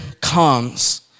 comes